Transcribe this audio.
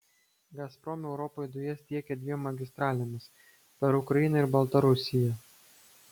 gazprom europai dujas tiekia dviem magistralėmis per ukrainą ir baltarusiją